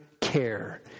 care